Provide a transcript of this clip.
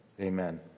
Amen